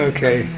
Okay